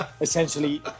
essentially